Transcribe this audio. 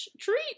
treat